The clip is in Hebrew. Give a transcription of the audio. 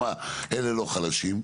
גם אלו הלא חלשים,